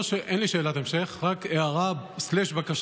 אין לי שאלת המשך, רק הערה או בקשה.